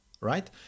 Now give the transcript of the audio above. right